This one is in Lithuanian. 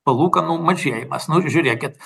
palūkanų mažėjimas nu žiūrėkit